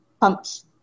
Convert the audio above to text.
pumps